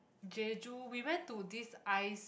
jeju we went to this ice